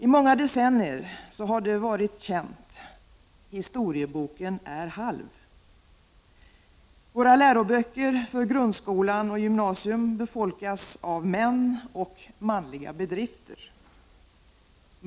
I många decennier har det varit känt: historieboken är halv! Våra läroböcker för grundskola och gymnasium befolkas av män och manliga bedrifter.